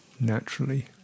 naturally